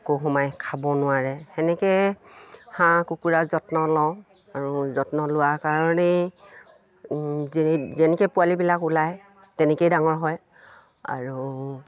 একো সোমাই খাব নোৱাৰে তেনেকৈ হাঁহ কুকুৰাৰ যত্ন লওঁ আৰু যত্ন লোৱা কাৰণেই যেনি যেনেকৈ পোৱালিবিলাক ওলায় তেনেকেই ডাঙৰ হয় আৰু